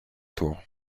tour